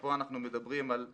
כשפה אנחנו מדברים על מסופים,